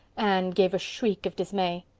anne gave a shriek of dismay.